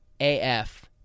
AF